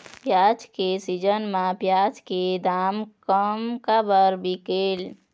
प्याज के सीजन म प्याज के दाम कम काबर बिकेल?